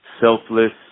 selfless